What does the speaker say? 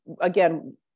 again